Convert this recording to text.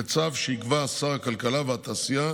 בצו שיקבע שר הכלכלה והתעשייה